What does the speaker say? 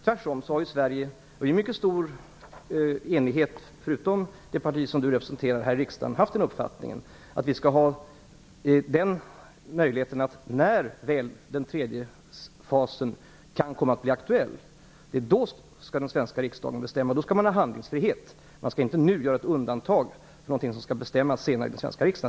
Tvärtom har Sverige, i mycket stor enighet partierna emellan - förutom det parti som Björn Samuelson representerar här i riksdagen - haft uppfattningen att när väl den tredje fasen kan komma att bli aktuell den svenska riksdagen skall ha handlingsfrihet och den skall bestämma. Man skall inte nu göra ett undantag från något som senare skall bestämmas i svensk riksdag.